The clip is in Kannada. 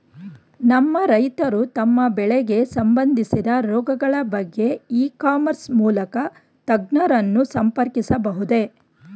ನಮ್ಮ ರೈತರು ತಮ್ಮ ಬೆಳೆಗೆ ಸಂಬಂದಿಸಿದ ರೋಗಗಳ ಬಗೆಗೆ ಇ ಕಾಮರ್ಸ್ ಮೂಲಕ ತಜ್ಞರನ್ನು ಸಂಪರ್ಕಿಸಬಹುದೇ?